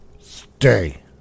Stay